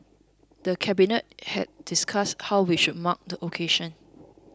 the Cabinet had discussed how we should mark the occasion